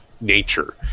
nature